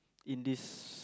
in this